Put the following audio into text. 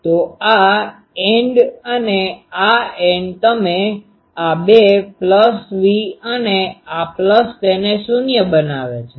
તો આ એન્ડ અને આ એન્ડ તમે આ બે પ્લસ V અને આ પ્લસ તેને શૂન્ય બનાવે છે